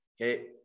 okay